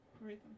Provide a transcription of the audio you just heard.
rhythm